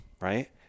right